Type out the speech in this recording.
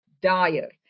Dire